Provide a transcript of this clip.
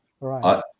right